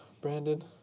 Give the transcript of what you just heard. Brandon